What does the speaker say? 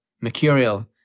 mercurial